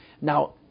Now